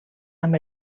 amb